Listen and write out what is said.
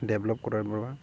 develop କର୍ବାକେ ପଡ଼୍ବା